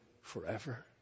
forever